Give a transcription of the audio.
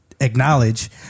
acknowledge